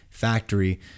factory